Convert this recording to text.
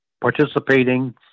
participating